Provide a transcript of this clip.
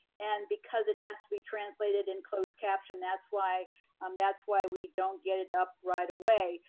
and because it has to be translated and closed captioned. that's why um that's why we don't get it up right away.